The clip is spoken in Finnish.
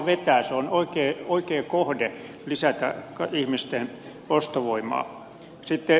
se on oikea kohde lisätä ihmisten ostovoimaa